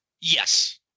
Yes